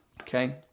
okay